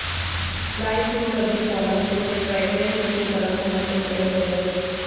ꯂꯥꯏ ꯈꯨꯔꯨꯝꯕꯒꯤ ꯄꯣꯠꯂꯝꯁꯤꯡ ꯐ꯭ꯔꯦꯒ꯭ꯔꯦꯟꯁꯁꯤꯡ ꯀꯔꯝꯕ ꯃꯇꯝꯗ ꯂꯩꯒꯗꯒꯦ